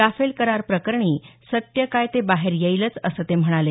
Rafale करार प्रकरणी सत्य काय ते बाहेर येईलच असं ते म्हणाले